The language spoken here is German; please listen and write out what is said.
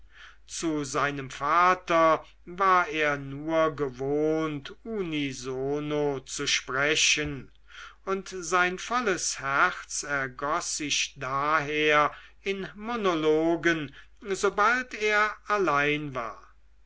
zu seinem vater war er nur gewohnt unisono zu sprechen und sein volles herz ergoß sich daher in monologen sobald er allein war